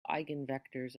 eigenvectors